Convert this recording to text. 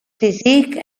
physique